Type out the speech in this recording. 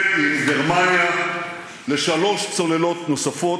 נחתום על חוזה עם גרמניה לשלוש צוללות נוספת,